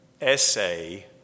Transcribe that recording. essay